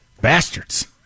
Bastards